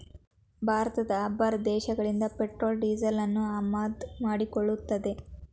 Bharat Arab ದೇಶಗಳಿಂದ petrol ಡೀಸೆಲನ್ನು ಆಮದು ಮಾಡಿಕೊಳ್ಳುತ್ತದೆ